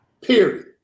Period